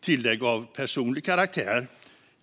tillägg av personlig karaktär.